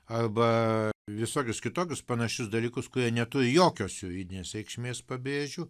arba visokius kitokius panašius dalykus kurie neturi jokios juridinės reikšmės pabrėžiu